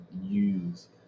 use